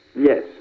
Yes